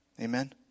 Amen